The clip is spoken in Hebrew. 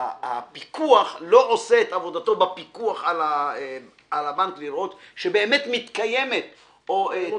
שהפיקוח לא עושה את עבודתו בפיקוח על הבנק לראות שבאמת מתקיימת תחרות,